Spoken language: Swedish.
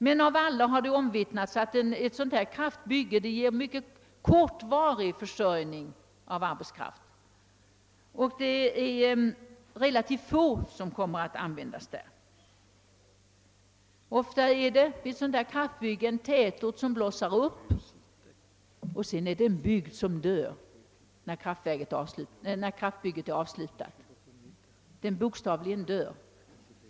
Men alla har omvittnat, att ett kraftverksbygge av detta slag endast ger en mycket kortvarig sysselsättning för arbetskraften och att endast relativt få personer härigenom kan sysselsättas. Vid kraftverksbyggen växer det ofta upp en tätort, men när kraftverksbygget är avslutat dör bygden.